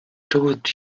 told